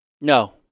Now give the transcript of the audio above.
No